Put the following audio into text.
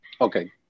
Okay